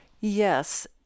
Yes